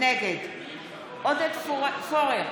נגד עודד פורר,